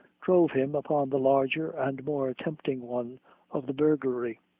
drove him upon the larger and more tempting one of the burglary.